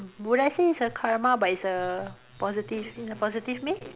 would I say is a Karma but its a positive in a positive way